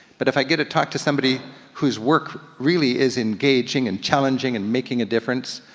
but if i get to talk to somebody whose work really is engaging, and challenging, and making a difference,